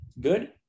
good